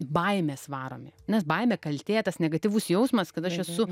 baimės varomi nes baimė kaltė tas negatyvus jausmas kad aš esu